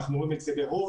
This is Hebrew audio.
אנחנו רואים את זה בהוט,